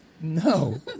No